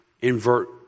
invert